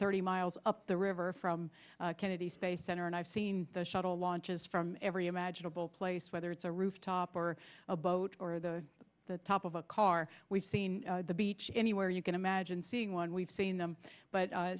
thirty miles up the river from kennedy space center and i've seen the shuttle launches from every imaginable place whether it's a rooftop or a boat or the the top of a car we've seen the beach anywhere you can imagine seeing one we've seen them but